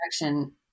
direction